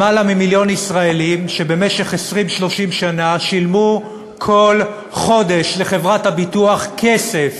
למעלה ממיליון ישראלים שבמשך 30-20 שנה שילמו כל חודש לחברת הביטוח כסף